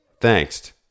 thanks